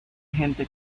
gente